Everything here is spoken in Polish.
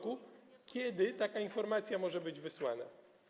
kiedy taka informacja może być wysłana.